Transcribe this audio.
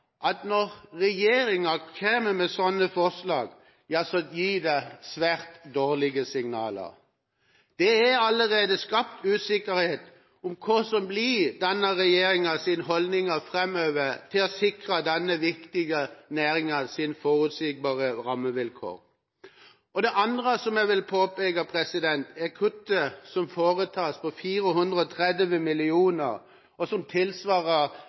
at når regjeringa kommer med slike forslag, gir det svært dårlige signaler. Det er allerede skapt usikkerhet om hva som blir regjeringas holdning framover når det gjelder å sikre denne viktige næringa forutsigbare rammevilkår. Det andre som jeg vil påpeke, er kuttet på 430 mill. kr, som tilsvarer